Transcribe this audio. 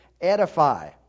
edify